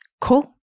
cool